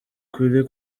kure